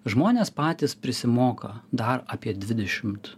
žmonės patys prisimoka dar apie dvidešimt